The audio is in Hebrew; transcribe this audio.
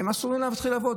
אסור להם להתחיל לעבוד.